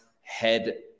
head